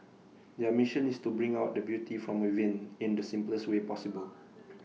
their mission is to bring out the beauty from within in the simplest way possible